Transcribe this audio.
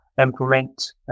implement